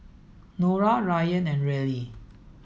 Norah Ryann and Reilly